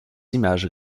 images